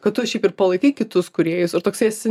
kad tu šiaip ir palaikai kitus kūrėjus ar toksai esi